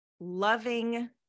loving